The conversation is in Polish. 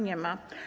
Nie ma.